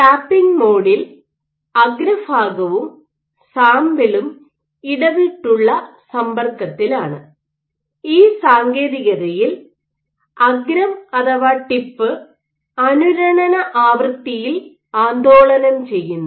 tapping മോഡിൽ അഗ്രഭാഗവും സാമ്പിളും ഇടവിട്ടുള്ള സമ്പർക്കത്തിലാണ് ഈ സാങ്കേതികതയിൽ അഗ്രം അനുരണന ആവൃത്തിയിൽ ആന്ദോളനം ചെയ്യുന്നു